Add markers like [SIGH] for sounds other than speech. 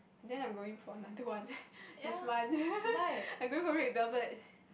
then I'm going for another one [LAUGHS] this month [LAUGHS] I'm going for red velvet